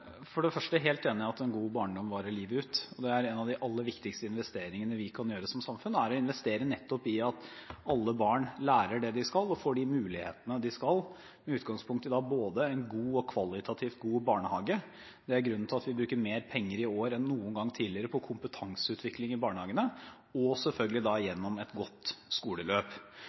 en god barndom varer livet ut. En av de aller viktigste investeringene vi kan gjøre som samfunn, er nettopp å investere i at alle barn lærer det de skal, og får de mulighetene de skal, med utgangspunkt i både en god og kvalitativt god barnehage – det er grunnen til at vi bruker mer penger i år enn noen gang tidligere på kompetanseutvikling i barnehagene – og selvfølgelig gjennom et godt skoleløp.